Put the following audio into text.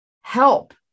help